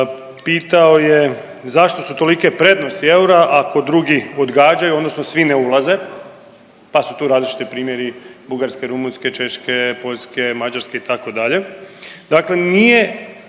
pitao je zašto su tolike prednosti eura ako drugi odgađaju odnosno svi ne ulaze, pa su tu različiti primjeri Bugarske, Rumunjske, Češke, Poljske, Mađarske itd., dakle